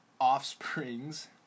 offspring's